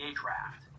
draft